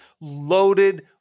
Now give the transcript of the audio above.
loaded